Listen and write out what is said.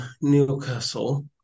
Newcastle